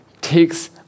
takes